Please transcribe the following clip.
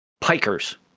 pikers